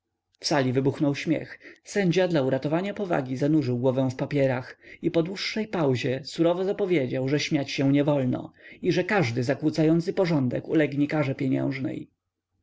sali wybuchnął śmiech sędzia dla uratowania powagi zanurzył głowę w papierach i po dłuższej pauzie surowo zapowiedział że śmiać się nie wolno i że każdy zakłócający porządek ulegnie karze pieniężnej